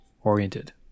oriented